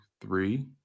three